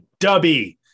Dubby